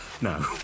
No